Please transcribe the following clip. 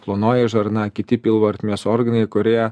plonoji žarna kiti pilvo ertmės organai kurie